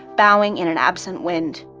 bowing in an absent wind.